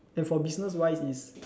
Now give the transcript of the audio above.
and for business wise it's